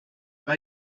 bei